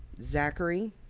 Zachary